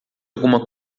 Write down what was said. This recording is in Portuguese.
alguma